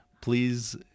please